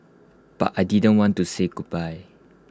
but I didn't want to say goodbye